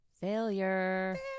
Failure